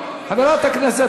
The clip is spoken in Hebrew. חברת הכנסת,